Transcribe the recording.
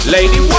Lady